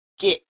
get